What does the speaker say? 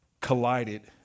collided